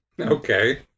Okay